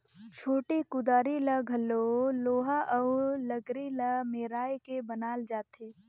छोटे कुदारी ल घलो लोहा अउ लकरी ल मेराए के बनाल जाथे